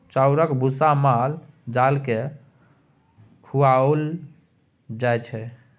चाउरक भुस्सा माल जाल केँ खुआएल जाइ छै